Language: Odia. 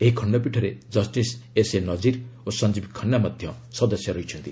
ଏହି ଖଣ୍ଡପୀଠରେ ଜଷ୍ଟିସ୍ ଏସ୍ଏନଜୀର ଓ ସଂଜୀବ ଖାନ୍ନା ମଧ୍ୟ ସଦସ୍ୟ ଅଛନ୍ତି